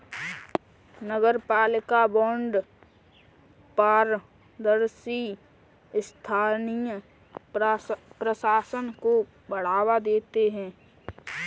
नगरपालिका बॉन्ड पारदर्शी स्थानीय प्रशासन को बढ़ावा देते हैं